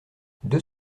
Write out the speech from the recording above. deux